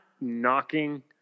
knocking